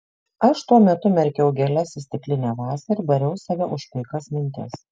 aš tuo metu merkiau gėles į stiklinę vazą ir bariau save už paikas mintis